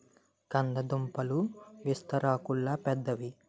కంద దుంపాకులు విస్తరాకుల్లాగా పెద్దవి